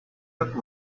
that